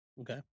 Okay